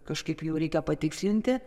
kažkaip jau reikia patikslinti